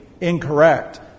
incorrect